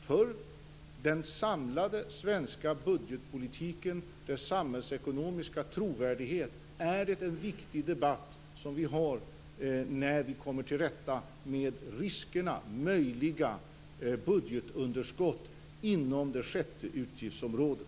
För den samlade svenska budgetpolitiken och dess samhällsekonomiska trovärdighet är det viktigt med en debatt där vi kommer till rätta med riskerna: möjliga budgetunderskott inom det sjätte utgiftsområdet.